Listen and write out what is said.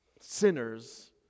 sinners